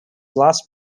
last